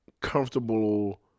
comfortable